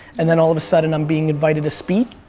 and then all of a sudden i'm being invited to speak.